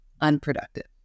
unproductive